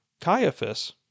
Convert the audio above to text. Caiaphas